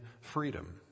freedom